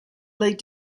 lead